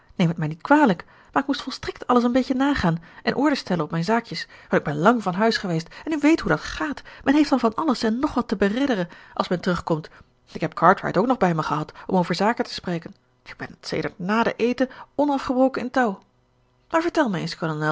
neem het mij niet kwalijk maar ik moest volstrekt alles een beetje nagaan en orde stellen op mijn zaakjes want ik ben lang van huis geweest en u weet hoe dat gaat men heeft dan van alles en nog wat te beredderen als men terug komt ik heb cartwright ook nog bij me gehad om over zaken te spreken ik ben sedert na den eten onafgebroken in touw maar vertel mij eens